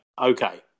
okay